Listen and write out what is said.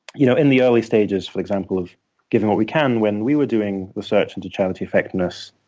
you know in the early stages, for example, of giving what we can, when we were doing the search into charity effectiveness,